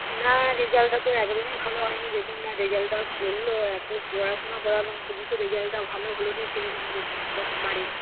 না রেজাল্টটা তো একদমই ভালো হয় নি দেখুন না রেজাল্টটা ও করলো এতো পড়াশুনো করালাম তবু তো রেজাল্টটা ভালো হলো না সেরকম দেখুন না প্রথমবারেই